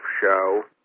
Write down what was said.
Show